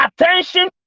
attention